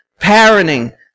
parenting